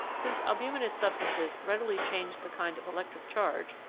since albuminous substances readily change the kind of electric charge,